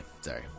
sorry